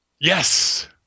yes